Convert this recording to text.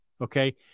Okay